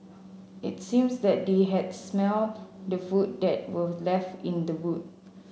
it seems that they had smelt the food that were left in the boot